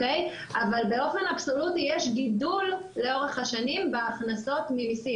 אבל באופן אבסולוטי יש גידול לאורך השנים בהכנסות ממסים.